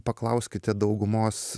paklauskite daugumos